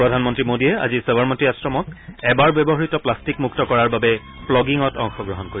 প্ৰধানমন্ত্ৰী মোডীয়ে আজি সৱৰমতী আশ্ৰমক এবাৰ ব্যৱহাত প্লাষ্টিকমুক্ত কৰাৰ বাবে প্লগিঙত অংশগ্ৰহণ কৰিব